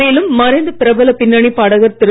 மேலும் மறைந்த பிரபல பின்னணி பாடகர் திரு